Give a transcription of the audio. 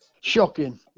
Shocking